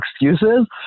excuses